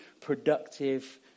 productive